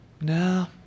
No